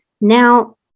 Now